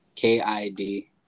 K-I-D